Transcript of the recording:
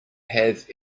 have